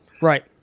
Right